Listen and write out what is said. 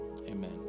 Amen